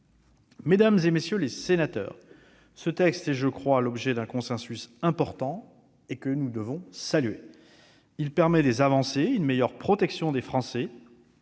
Mesdames, messieurs les sénateurs, ce texte fait, je crois, l'objet d'un large consensus, que nous devons saluer. Il permet des avancées, notamment une meilleure protection des Français